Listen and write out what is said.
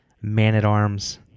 Man-at-Arms